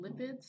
lipids